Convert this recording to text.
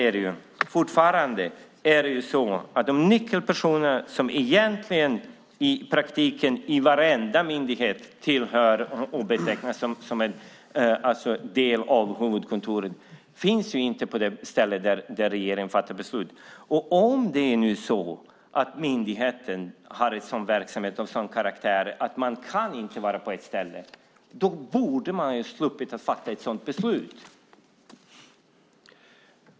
Fortfarande är det så att de nyckelpersoner som i praktiken på varje myndighet tillhör och betecknas om en del av huvudkontoret inte finns på det ställe som regeringen fattat beslut om att huvudkontoret ska vara. Om det nu är så att myndigheten har verksamhet av en sådan karaktär att man inte kan vara på ett ställe borde man inte ha fattat ett sådant beslut.